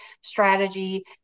strategy